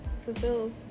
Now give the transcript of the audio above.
fulfill